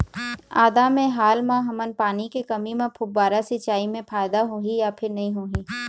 आदा मे हाल मा हमन पानी के कमी म फुब्बारा सिचाई मे फायदा होही या फिर नई होही?